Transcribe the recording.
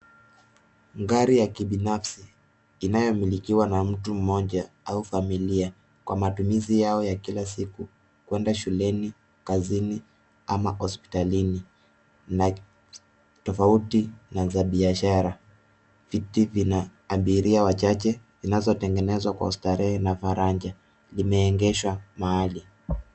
Gari ya kibinafsi inayomilikiwa na mtu mmoja au familia kwa matumizi yao ya kila siku, kuenda shuleni, kazini ama hospitalini na tofauti na za biashara. Viti vina abiria wachache zinazotengenezwa kwa starehe na faraja, limeegeshwa mahali.